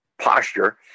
posture